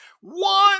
One